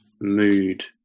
mood